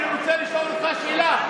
אני רוצה לשאול אותך שאלה.